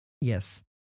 Yes